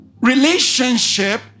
relationship